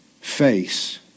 face